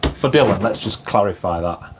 for dillon, let's just clarify that,